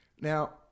Now